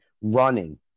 running